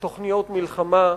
תוכניות מלחמה,